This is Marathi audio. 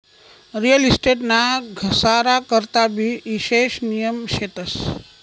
रियल इस्टेट ना घसारा करता भी ईशेष नियम शेतस